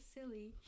silly